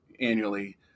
annually